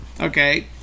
Okay